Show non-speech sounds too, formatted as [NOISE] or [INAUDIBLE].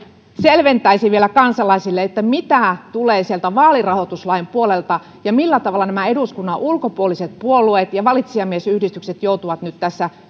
selventäisi vielä kansalaisille että mitä tulee sieltä vaalirahoituslain puolelta ja millä tavalla nämä eduskunnan ulkopuoliset puolueet ja valitsijamiesyhdistykset joutuvat nyt tässä [UNINTELLIGIBLE]